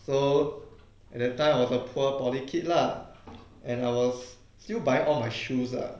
so at that time I was a poor poly kid lah and I was still buying all my shoes ah